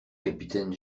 capitaine